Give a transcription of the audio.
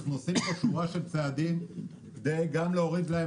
אנחנו עושים פה שורה של צעדים גם כדי להוריד להם